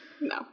No